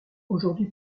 aujourd’hui